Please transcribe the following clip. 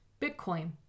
Bitcoin